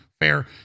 fair